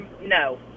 no